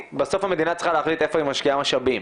המדינה צריכה להחליט איפה היא משקיעה משאבים.